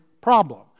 problem